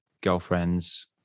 girlfriends